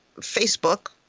Facebook